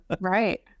right